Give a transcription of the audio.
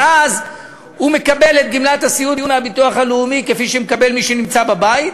ואז הוא מקבל את גמלת הסיעוד מהביטוח הלאומי כפי שמקבל מי שנמצא בבית,